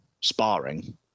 sparring